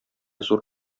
зур